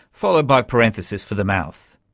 followed by parenthesis for the mouth.